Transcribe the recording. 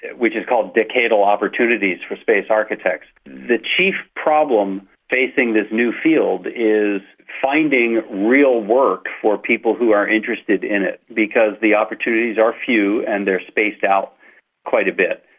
which is called decadal opportunities for space architects. the chief problem facing this new field is finding real work for people who are interested in it, because the opportunities are few and they are spaced out quite a bit.